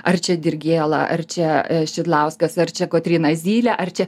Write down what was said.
ar čia dirgėla ar čia šidlauskas verčia kotryna zylė ar čia